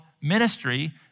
ministry